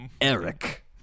Eric